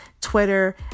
Twitter